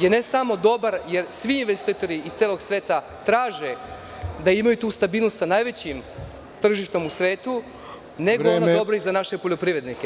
je ne samo dobar, jer svi investitori iz celog svega traže da imaju tu stabilnost sa najvećim tržištem u svetu, ona je dobra i za naše poljoprivrednike.